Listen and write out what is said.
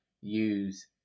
use